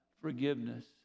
forgiveness